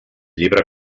llibre